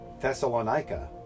thessalonica